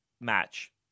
match